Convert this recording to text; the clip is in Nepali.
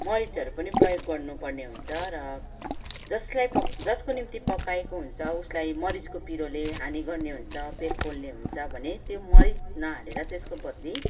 मरिचहरू पनि प्रयोग गर्नु पर्ने हुन्छ र जसलाई जसको निम्ति पकाएको हुन्छ उसलाई मरिचको पिरोले हानी गर्ने हुन्छ पेट पोल्ने हुन्छ भने त्यो मरिच नहालेर त्यसको बदली